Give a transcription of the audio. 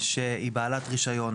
שהיא בעלת רישיון